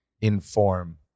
inform